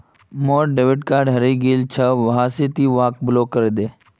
मोर debit card हरइ गेल छ वा से ति वहाक ब्लॉक करे दे